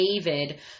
David